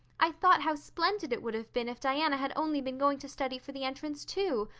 i thought how splendid it would have been if diana had only been going to study for the entrance, too.